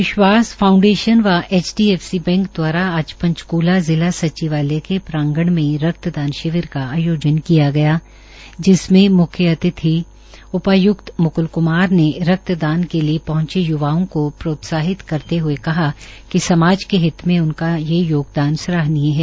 विश्वास फाउडेंशन व HDFC bank दवारा आज पंचकुला जिला सचिवालय के प्रांगण में रक्तदान शिविर का आयोजन किया गया जिसमें मुख्य अतिथि उपाय्क्त म्क्ल क्मार ने रक्तदान के लिए पहंचे य्वाओं को प्रोत्साहित करते हुए कहा कि समाज के हित में उनका ये योगदान सराहनीय है